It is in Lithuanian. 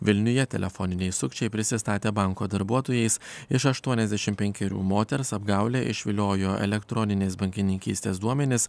vilniuje telefoniniai sukčiai prisistatę banko darbuotojais iš aštuoniasdešim penkerių moters apgaule išviliojo elektroninės bankininkystės duomenis